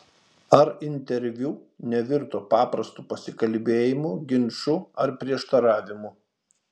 ar interviu nevirto paprastu pasikalbėjimu ginču ar prieštaravimu